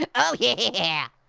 and oh yeah!